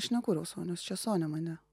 aš nekūriau sonios čia sonia mane